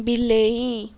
ବିଲେଇ